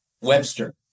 Webster